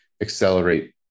accelerate